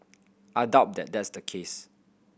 I doubt that that's the case